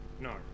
No